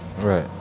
right